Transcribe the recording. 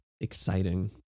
exciting